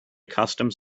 customs